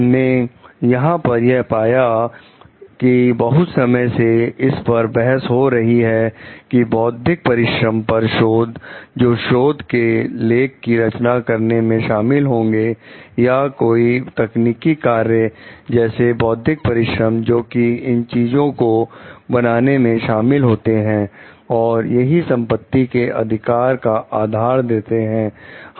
हमने यहां पर यह पाया कि बहुत समय से इस पर बहस हो रही है की बौद्धिक परिश्रम पर शोध जो शोध के लेख की रचना करने में शामिल होंगे या कोई तकनीकी कार्य जैसे बौद्धिक परिश्रम जोकि इन चीजों को बनाने में शामिल होता है और यही संपत्ति के अधिकार का आधार देता है